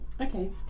okay